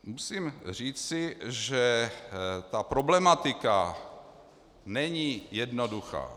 Musím říci, že ta problematika není jednoduchá.